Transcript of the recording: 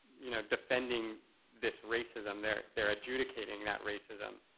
you know defending this racism they're they're adjudicating that racism.